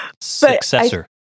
successor